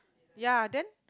yea then